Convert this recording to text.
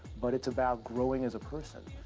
but it's about growing as a person.